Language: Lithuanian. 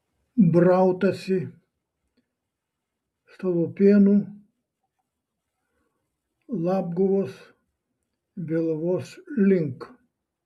brautasi stalupėnų labguvos vėluvos link